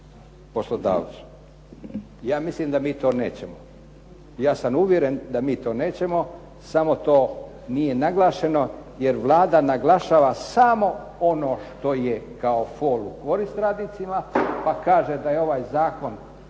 poslodavcu. Ja mislim da mi to nećemo. Ja sam uvjeren da mi to nećemo samo to nije naglašeno, jer Vlada naglašava samo ono što je kao fol u korist radnicima, pa kaže da je ovaj zakon